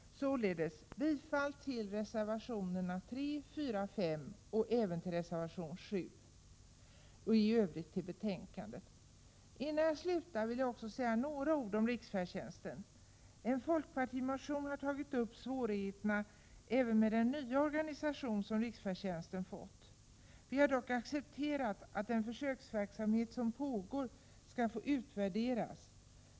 Jag yrkar bifall till reservationerna 3, 4, 5 och 7 samt i övrigt till utskottets hemställan i betänkandet. Innan jag avslutar mitt anförande vill jag dock säga några ord om riksfärdtjänsten. I en folkpartimotion nämns de svårigheter som finns även när det gäller riksfärdtjänstens nya organisation. Vi har emellertid accepterat att den försöksverksamhet som pågår skall få utvärderas.